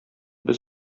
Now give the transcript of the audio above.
без